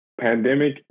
Pandemic